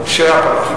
הפלמ"ח.